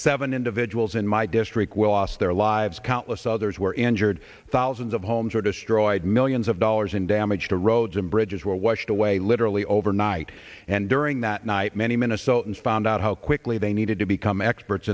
seven individuals in my district will last their lives countless others were injured thousands of homes were destroyed millions of dollars in damage to roads and bridges were washed away literally overnight and during that night many minnesotans found out how quickly they needed to become experts